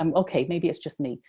um okay, maybe it's just me,